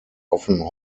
often